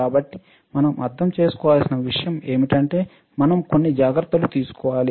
కాబట్టి మనo అర్థం చేసుకోవలసిన విషయం ఏమిటంటే మనం కొన్ని జాగ్రత్తలు తీసుకోవాలి